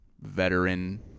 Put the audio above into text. veteran